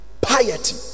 piety